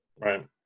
Right